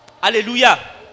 Hallelujah